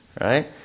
Right